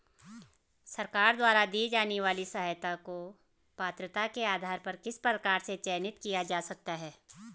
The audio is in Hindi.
सरकार द्वारा दी जाने वाली सहायता को पात्रता के आधार पर किस प्रकार से चयनित किया जा सकता है?